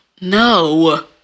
no